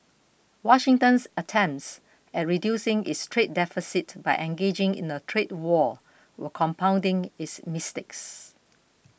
Washington's attempts at reducing its trade deficit by engaging in a trade war were compounding its mistakes